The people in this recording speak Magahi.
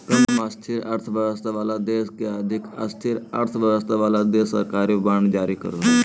कम स्थिर अर्थव्यवस्था वाला देश के अधिक स्थिर अर्थव्यवस्था वाला देश सरकारी बांड जारी करो हय